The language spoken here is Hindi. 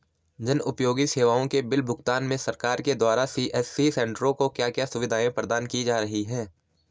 जन उपयोगी सेवाओं के बिल भुगतान में सरकार के द्वारा सी.एस.सी सेंट्रो को क्या क्या सुविधाएं प्रदान की जा रही हैं?